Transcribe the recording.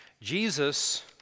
Jesus